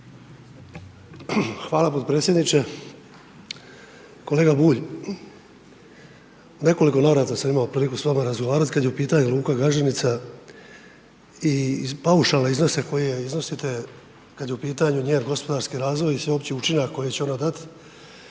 Hvala potpredsjedniče. Kolega Bulj. U nekoliko navrata sam imao priliku s vama razgovarati kad je u pitanju luka Gaženica i paušalne iznose koje iznosite kad je u pitanju njen gospodarski razvoj i sveopći učinak koji će ona dati